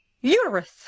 Uterus